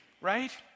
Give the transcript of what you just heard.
right